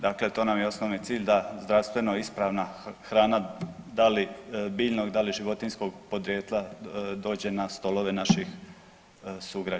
Dakle, to nam je osnovni cilj da zdravstveno ispravna hrana da li biljno da li životinjskog podrijetla dođe na stolove naših sugrađana.